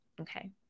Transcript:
Okay